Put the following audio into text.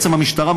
בעצם המשטרה,